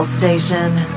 Station